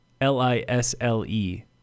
L-I-S-L-E